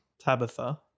Tabitha